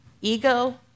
Ego